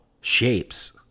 shapes